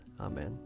Amen